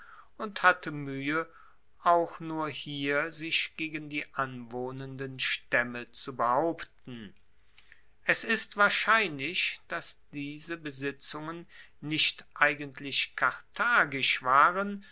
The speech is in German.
und hatte muehe auch nur hier sich gegen die anwohnenden staemme zu behaupten es ist wahrscheinlich dass diese besitzungen nicht eigentlich karthagisch waren